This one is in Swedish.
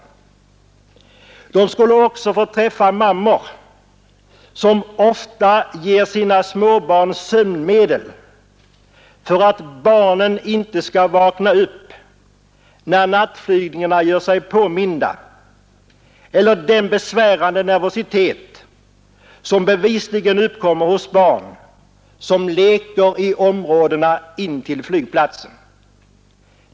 De skulle också få träffa mammor som ofta måste ge sina småbarn sömnmedel för att barnen inte skall vakna upp när nattflygningarna gör sig påminda eller höra vittnesbörd om den besvärande nervositet som bevisligen uppkommer hos barn som leker i områdena intill flygplatsen.